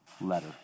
letter